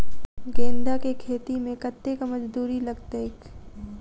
गेंदा केँ खेती मे कतेक मजदूरी लगतैक?